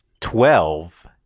Twelve